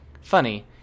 Funny